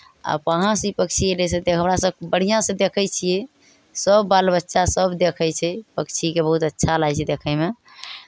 आब कहाँसँ ई पक्षी अयलै से तऽ हमरा सभ बढ़िआँसँ देखै छियै सभ बाल बच्चासभ देखै छै पक्षीकेँ बहुत अच्छा लागै छै देखयमे